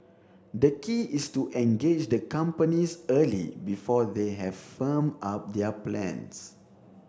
the key is to engage the companies early before they have firmed up their plans